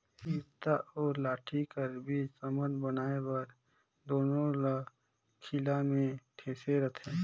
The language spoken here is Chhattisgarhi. इरता अउ लाठी कर बीच संबंध बनाए बर दूनो ल खीला मे ठेसे रहथे